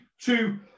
two